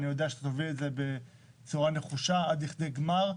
אני יודע שאתה תוביל את זה בצורה נחושה עד לכדי גמר.